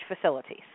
facilities